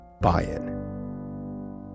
buy-in